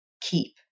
keep